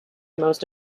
most